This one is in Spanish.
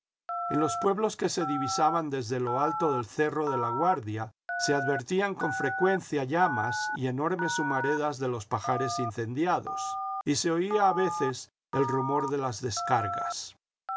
en los pueblos que se divisaban desde lo alto del cerro de laguardia se advertían con frecuencia llamas y enormes humaredas de los pajares incendiados y se oía a veces el rumor de las descargas